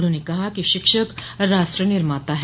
उन्होंने कहा कि शिक्षक राष्ट्र निर्माता हैं